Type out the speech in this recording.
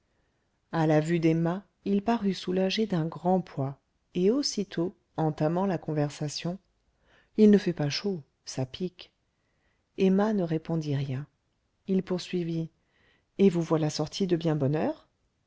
à la vue d'emma il parut soulagé d'un grand poids et aussitôt entamant la conversation il ne fait pas chaud ça pique emma ne répondit rien il poursuivit et vous voilà sortie de bien bonne